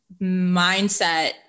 mindset